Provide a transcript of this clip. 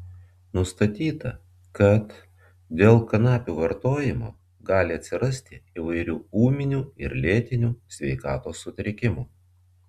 nustatyta kad dėl kanapių vartojimo gali atsirasti įvairių ūminių ir lėtinių sveikatos sutrikimų